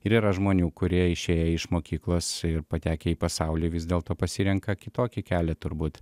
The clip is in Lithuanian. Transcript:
ir yra žmonių kurie išėję iš mokyklos ir patekę į pasaulį vis dėlto pasirenka kitokį kelią turbūt